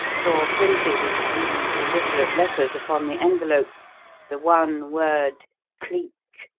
saw printed in rude, illiterate letters upon the envelope the one word cleek.